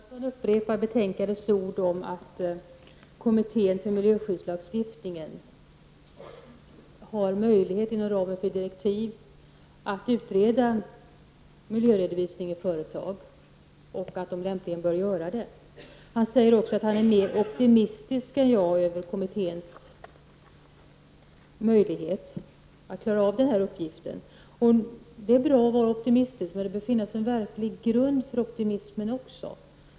Fru talman! Stig Gustafsson upprepade betänkandets ord om att kommittén för miljöskyddslagstiftningen har möjlighet att inom ramen för direktiven att utreda miljöredovisning i företag och att det är något som lämpligen bör göras. Stig Gustafsson säger också att han är mer optimistisk än jag över kommitténs möjligheter att klara denna uppgift. Det är bra att vara optimistisk, men det bör finnas en verklig grund för optimismen.